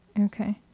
Okay